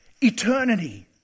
Eternity